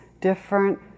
different